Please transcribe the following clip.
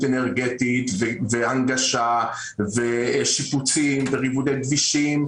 אנרגטית והנגשה ושיפוצים וריבודי כבישים.